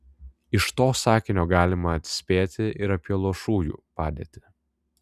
iš to sakinio galima atspėti ir apie luošųjų padėtį